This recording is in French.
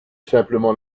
simplement